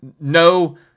no